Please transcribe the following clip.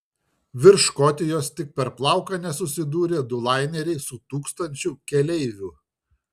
virš škotijos tik per plauką nesusidūrė du laineriai su tūkstančiu keleivių